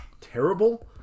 terrible